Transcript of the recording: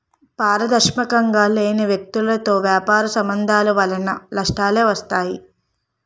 పారదర్శకంగా లేని వ్యక్తులతో వ్యాపార సంబంధాల వలన నష్టాలే వస్తాయి